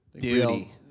Duty